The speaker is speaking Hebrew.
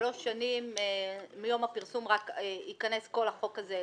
רק שלוש שנים מיום הפרסום ייכנס כל החוק הזה לתוקף,